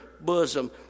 bosom